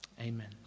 Amen